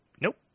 nope